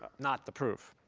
not the proof.